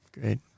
Great